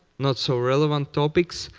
not so relevant topics,